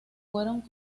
fueron